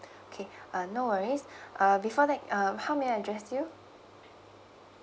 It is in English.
okay uh no worries uh before that uh how may I address you